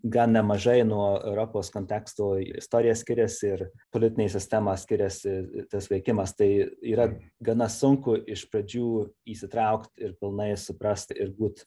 gan nemažai nuo europos konteksto istorija skiriasi ir politinė sistema skiriasi ir tas veikimas tai yra gana sunku iš pradžių įsitraukt ir pilnai suprast ir būt